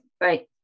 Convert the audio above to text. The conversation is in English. Right